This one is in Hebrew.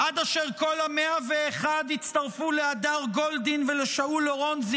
עד אשר כל ה-101 יצטרפו להדר גולדין ולאורון שאול,